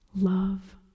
love